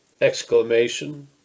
exclamation